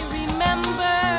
remember